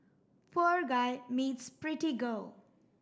poor guy meets pretty girl